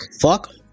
Fuck